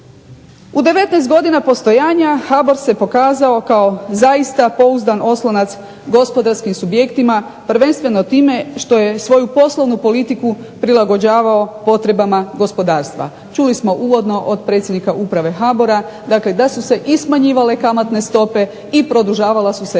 U 19 godina postojanja HBOR se pokazao kao zaista pouzdan oslonac gospodarskim subjektima prvenstveno time što je svoju poslovnu politiku prilagođavao potrebama gospodarstva. Čuli smo uvodno od predsjednika uprave HBOR-a da su se smanjivale kamatne stope i produžavala su se